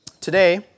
Today